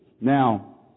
now